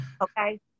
Okay